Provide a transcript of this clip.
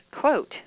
quote